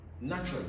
Naturally